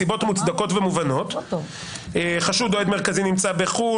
מסיבות מוצדקות ומובנות: חשוד או עד מרכזי נמצא בחו"ל,